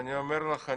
אני אומר לך,